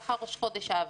מאחר וראש חודש אב.